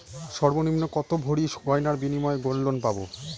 সর্বনিম্ন কত ভরি গয়নার বিনিময়ে গোল্ড লোন পাব?